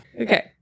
okay